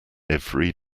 every